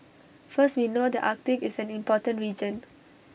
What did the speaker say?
first we know the Arctic is an important region